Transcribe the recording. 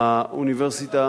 הלוגו